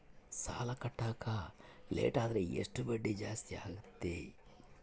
ಸಾಲ ಕಟ್ಟಾಕ ಲೇಟಾದರೆ ಎಷ್ಟು ಬಡ್ಡಿ ಜಾಸ್ತಿ ಆಗ್ತೈತಿ?